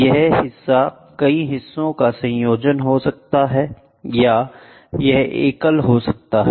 यह हिस्सा कई हिससों का संयोजन हो सकता है या यह एकल हिस्सा हो सकता है